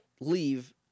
leave